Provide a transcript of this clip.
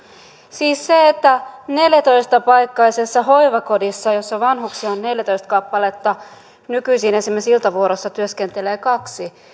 siis neljätoista paikkaisessa hoivakodissa jossa vanhuksia on neljätoista kappaletta ja nykyisin esimerkiksi iltavuorossa työskentelee kaksi